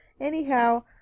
anyhow